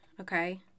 Okay